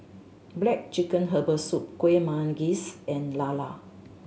Black Chicken Herbal Soup Kueh Manggis and Lala